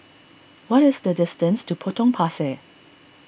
what is the distance to Potong Pasir